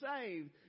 saved